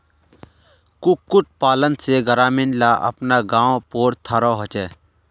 कुक्कुट पालन से ग्रामीण ला अपना पावँ पोर थारो होचे